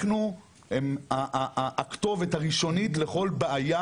אנחנו הכתובת הראשונית לכל בעיה.